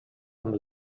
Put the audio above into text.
amb